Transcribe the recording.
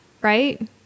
right